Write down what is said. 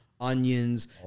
onions